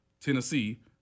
Tennessee